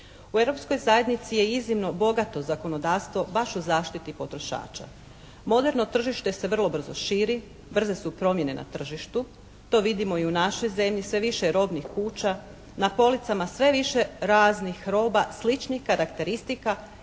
U Europskoj zajednici je iznimno bogato zakonodavstvo baš u zaštiti potrošača. Moderno tržište se vrlo brzo širi, brze su promjene na tržištu. To vidimo i u našoj zemlji, sve je više robnih kuća, na policama sve više raznih roba, sličnih karakteristika